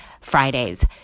Fridays